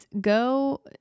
Go